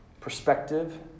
perspective